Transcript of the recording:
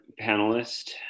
panelist